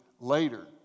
later